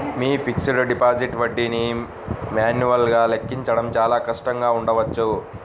మీ fixed deposit వడ్డీని మాన్యువల్గా లెక్కించడం చాలా కష్టంగా ఉండవచ్చు